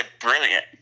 brilliant